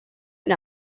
and